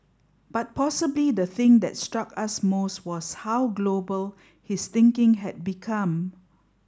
but possibly the thing that struck us most was how global his thinking has become